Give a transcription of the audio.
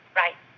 right